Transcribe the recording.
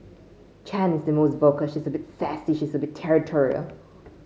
Chan is the most vocal she's a bit sassy she's a bit territorial